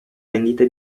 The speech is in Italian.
vendita